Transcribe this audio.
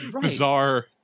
bizarre